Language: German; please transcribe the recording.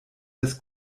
das